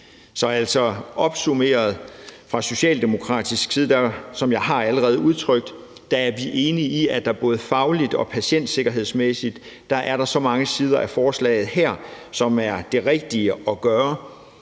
vil jeg sige, at fra socialdemokratisk side er vi, som jeg allerede har udtrykt, enige i, at der både fagligt og patientsikkerhedsmæssigt er så mange sider af forslaget her, som er det rigtige at gøre.